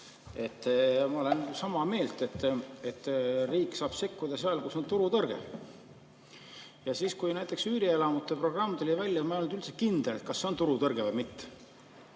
Ma olen sama meelt, et riik saab sekkuda seal, kus on turutõrge. Siis, kui näiteks üürielamute programm tuli välja, ma ei olnud üldse kindel, kas on turutõrge või mitte.